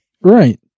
right